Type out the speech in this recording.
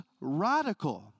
radical